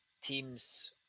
Teams